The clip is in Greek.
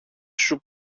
σου